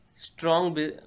Strong